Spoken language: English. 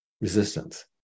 resistance